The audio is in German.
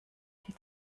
die